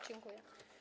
Dziękuję.